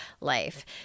life